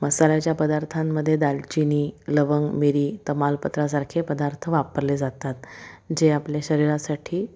मसाल्याच्या पदार्थांमध्ये दालचिनी लवंग मिरी तमालपत्रासारखे पदार्थ वापरले जातात जे आपल्या शरीरासाठी